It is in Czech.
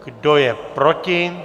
Kdo je proti?